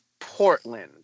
Portland